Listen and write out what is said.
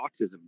autism